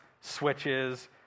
switches